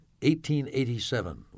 1887